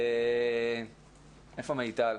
מיטל,